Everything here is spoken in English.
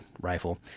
rifle